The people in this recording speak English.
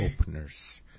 openers